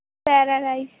paradise